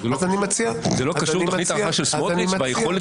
זה לא קשור לתוכנית ההכרעה של סמוטריץ' ביכולת